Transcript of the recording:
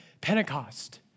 Pentecost